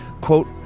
Quote